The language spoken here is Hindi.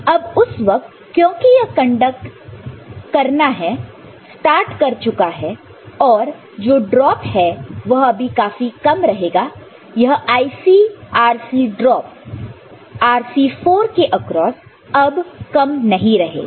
अब उस वक्त क्योंकि यह कंडक्ट करना है स्टार्ट कर चुका है यह जो ड्रॉप है वह अभी काफी कम नहीं रहेगा यह IRc ड्रॉप Rc4 के अक्रॉस अब कम नहीं रहेगा